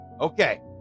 okay